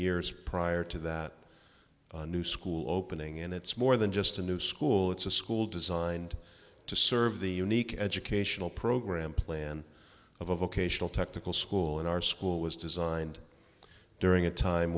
years prior to that new school opening and it's more than just a new school it's a school designed to serve the unique educational program plan of a vocational technical school in our school was designed during a time